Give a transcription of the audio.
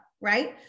right